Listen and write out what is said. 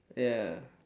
ya